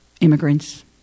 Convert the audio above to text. immigrants